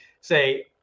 say